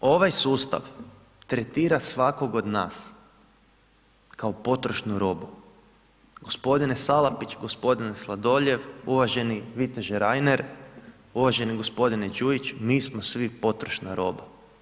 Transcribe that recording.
Jer ovaj sustav tretira svakog od nas kao potrošnu robu, gospodine Salapić, gospodine Sladoljev, uvaženi viteže Reiner, uvaženi gospodine Đujić mi smo svi potrošna roba.